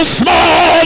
small